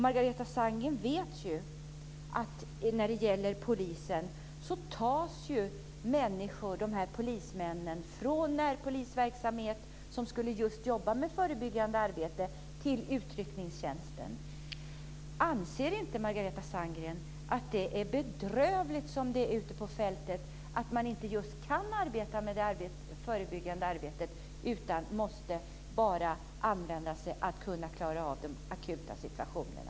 Margareta Sandgren vet ju att polismännen tas från närpolisverksamheten där de skulle jobba med förebyggande arbete till utryckningstjänsten. Anser inte Margareta Sandgren att det är bedrövligt som det är ute på fältet, där man inte kan arbeta med det förebyggande arbetet utan bara måste försöka klara av de akuta situationerna?